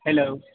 hello